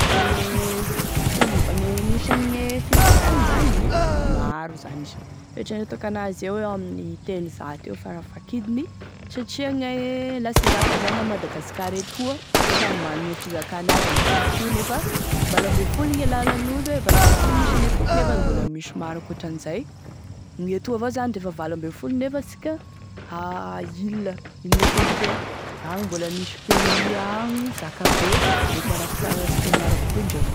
E fomba gne gn'isane fizakagny zany izy io maro zany izy io fieritreretako an'azy eo amin'ny telozato eo farafakidiny satria gne laha sy hizaka zao a Madagasikara eto samy managny e fizakany aby e foko io anefa valo ambefolo gne lalan'olo hoe valo ambefolo e isane foko nefa mbola misy maro ankoatran'izay gn'etoa avao zany defa valo ambefolo nefa asika aaa île, île kelikely agny mbola misy pays agny zakabe mety managny fita fiteny maro avao koa indreo.